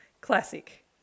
Classic